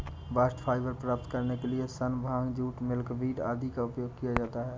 bast fibre प्राप्त करने के लिए सन, भांग, जूट, मिल्कवीड आदि का उपयोग किया जाता है